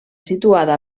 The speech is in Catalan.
situada